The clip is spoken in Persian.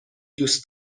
دوست